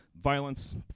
violence